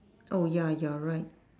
oh ya you are right